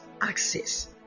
access